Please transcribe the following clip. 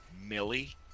Millie